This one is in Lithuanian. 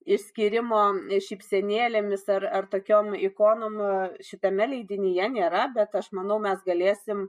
išskyrimo šypsenėlėmis ar ar tokiom ikonom šitame leidinyje nėra bet aš manau mes galėsim